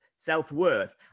self-worth